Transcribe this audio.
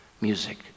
music